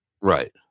Right